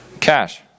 Cash